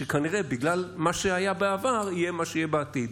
שכנראה בגלל מה שהיה בעבר יהיה מה שיהיה בעתיד.